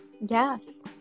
Yes